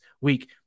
week